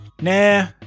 Nah